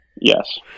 Yes